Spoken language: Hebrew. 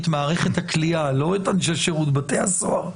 את מערכת הכליאה, לא את אנשי שירות בתי הסוהר.